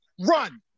run